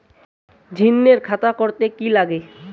ঋণের খাতা করতে কি লাগে?